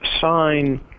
sign –